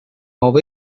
how